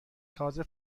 تازه